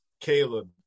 Caleb